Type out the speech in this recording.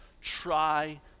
try